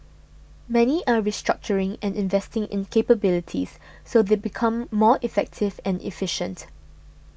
many are restructuring and investing in capabilities so they become more effective and efficient